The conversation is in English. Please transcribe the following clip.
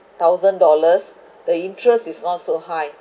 thousand dollars the interest is not so high